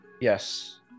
Yes